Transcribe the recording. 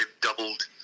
doubled